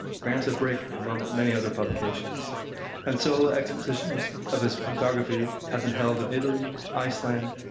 granta, brick among many other publications and sole expositions of his photography have been held in italy, iceland,